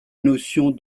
notion